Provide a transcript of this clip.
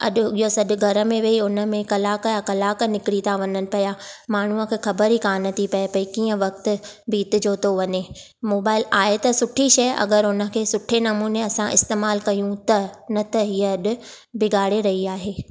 अॼु इहो सॼो घर में वेही हुन में कलाक जा कलाक निकरी था वञनि पिया माण्हूअ खे ख़बर ई कोन थी पए पई कीअं वक़्तु बीतजो थो वञे मोबाइल आहे त सुठी शइ अगरि हुन खे सुठे नमूने असां इस्तेमाल कयूं त न त हीअं अॼु बिगाड़े रही आहे